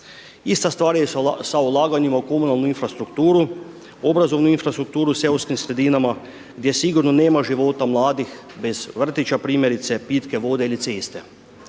Ista stvar je sa ulaganja sa infrastrukturu, obrazovnu infrastrukturu u seoskim sredinama, gdje sigurno nema života mladih, bez vrtića, primjerice, pitke vode ili ceste.